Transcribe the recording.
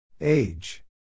Age